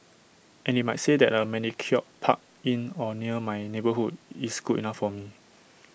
and they might say that A manicured park in or near my neighbourhood is good enough for me